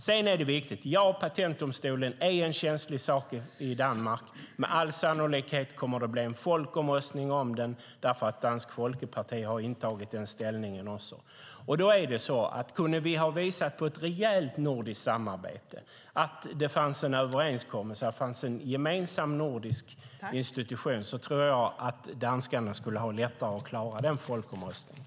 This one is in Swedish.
Sedan är en sak viktig: Ja, patentdomstolen är en känslig sak i Danmark. Med all sannolikhet kommer det att bli en folkomröstning om den, för Dansk Folkeparti har intagit den ställningen. Kunde vi visa på ett rejält nordiskt samarbete, att det fanns en överenskommelse och en gemensam nordisk institution, tror jag att danskarna skulle ha lättare att klara den folkomröstningen.